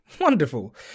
Wonderful